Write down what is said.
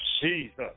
Jesus